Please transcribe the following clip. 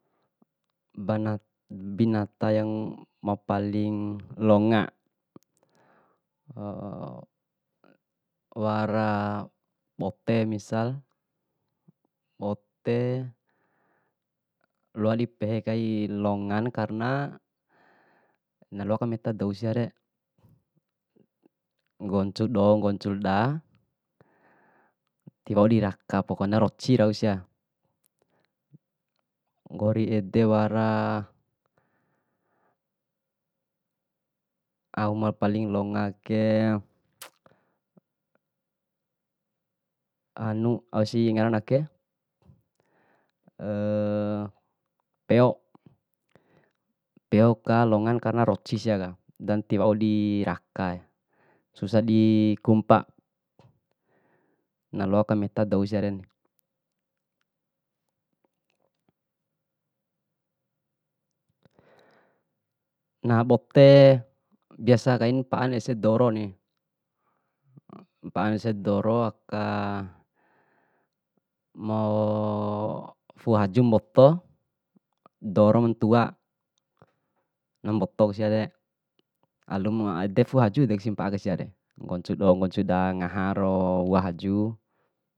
Banat binata yang mapaling longa wara bote misal, bote loa dipehe kai longana karena na loa kamenta dou siare. Nggoncu do nggoncul da, tiwau diraka pokona roci rau sia, nggori ede wara auma paling longa ke anu ausi ngaranake beo. Beo ka longana karena roci siaka dan tiwau dirakae, susa di kumpa, naloa kamenta dou siaren. Ngaha bote biasa kaina mpaan ese doro ni, mpaan ese doro aka fuu haju mboto, doro mantua na mboto ku siare. alumna ede fuu hajuku kusi mpaa kai siare, nggoncu do nggoncu da ngaharo wua haju.